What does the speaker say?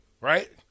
Right